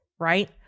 right